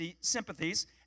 sympathies